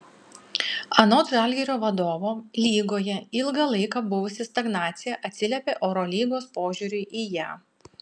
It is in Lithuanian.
anot žalgirio vadovo lygoje ilgą laiką buvusi stagnacija atsiliepė eurolygos požiūriui į ją